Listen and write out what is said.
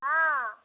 हँ